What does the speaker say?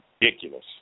ridiculous